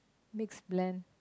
mixed blend